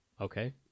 Okay